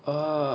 err